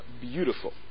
Beautiful